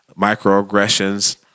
microaggressions